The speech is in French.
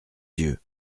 yeux